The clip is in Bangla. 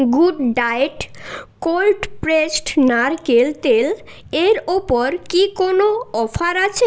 গুড ডায়েট কোল্ড প্রেসড নারকেল তেল এর ওপর কি কোনো অফার আছে